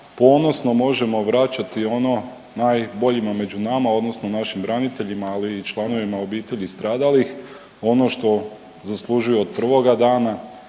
ponosno možemo vraćati ono najboljima među nama odnosno našim braniteljima, ali i članovima obitelji stradalih ono što zaslužuje od prvoga dana